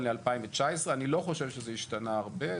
אני לא חושב שזה השתנה הרבה.